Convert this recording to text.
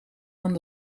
aan